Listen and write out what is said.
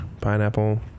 pineapple